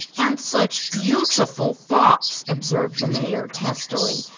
an' such beaut chiful thoughts, observed the major, testily,